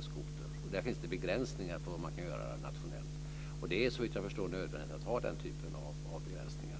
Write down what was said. skoter. Där finns det begränsningar för vad man kan göra nationellt, och såvitt jag förstår är det nödvändigt att ha den typen av begränsningar.